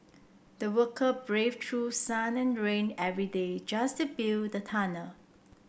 the worker braved through sun and rain every day just to build the tunnel